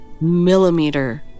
millimeter